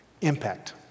Impact